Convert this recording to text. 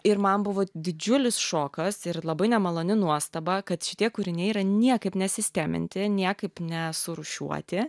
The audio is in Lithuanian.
ir man buvo didžiulis šokas ir labai nemaloni nuostaba kad šitie kūriniai yra niekaip nesisteminti niekaip nesurūšiuoti